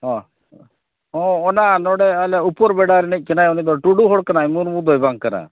ᱦᱮᱸ ᱦᱮᱸ ᱚᱱᱟ ᱱᱚᱰᱮ ᱟᱞᱮ ᱩᱯᱚᱨᱵᱮᱰᱟ ᱨᱤᱱᱤᱡ ᱠᱟᱱᱟᱭ ᱩᱱᱤᱫᱚ ᱴᱩᱰᱩ ᱦᱚᱲ ᱠᱟᱱᱟᱭ ᱢᱩᱨᱢᱩᱫᱚᱭ ᱵᱟᱝ ᱠᱟᱱᱟ